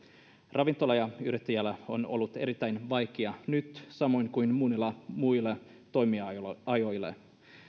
ravintolayrittäjillä on ollut erittäin vaikeaa nyt samoin kuin monilla muilla toimialoilla